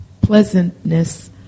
pleasantness